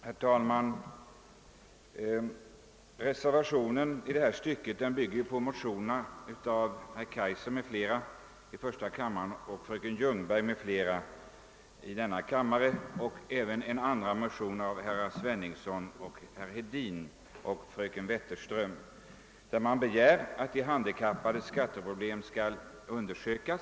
Herr talman! Reservationen A bygger på de likalydande motionerna I: 177 av herr Kaijser m.fl. och II:232 av fröken Ljungberg m.fl. samt de likalydande motionerna I:649 av herr Sveningsson samt II: 805 av herr Hedin och fröken Wetterström, i vilka hemställts att de handikappades skatteproblem skall undersökas.